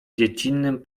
dziecinnym